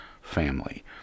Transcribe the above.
family